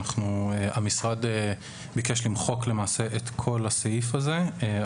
המשרד ביקש למחוק, למעשה, את כל הסעיף הזה.